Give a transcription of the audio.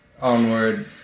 Onward